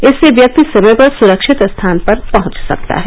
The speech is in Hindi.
इससे व्यक्ति समय पर सुरक्षित स्थान पर पहंच सकता है